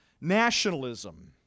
nationalism